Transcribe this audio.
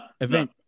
event